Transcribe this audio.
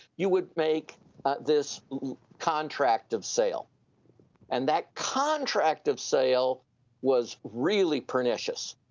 you would make this contract of sale and that contract of sale was really pernicious.